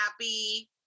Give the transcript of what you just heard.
happy